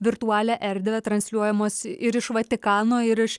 virtualią erdvę transliuojamos ir iš vatikano ir iš